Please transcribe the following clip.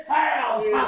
house